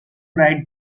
write